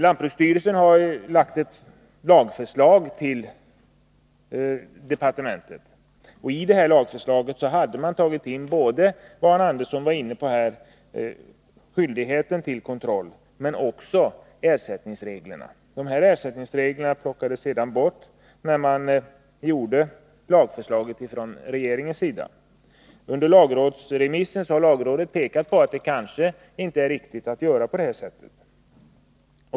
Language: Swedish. Lantbruksstyrelsen har till departementet avlämnat ett förslag till lag. Där har tagits upp både det som Arne Andersson i Ljung här var inne på, nämligen skyldigheten att underkasta sig kontroll, och också ersättningsreglerna. Ersättningsreglerna plockades sedan bort när regeringen lade fram sitt lagförslag. Men under lagrådsremissen har lagrådet pekat på att det kanske inte är riktigt att göra på det sättet.